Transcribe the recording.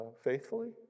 faithfully